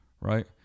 right